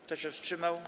Kto się wstrzymał?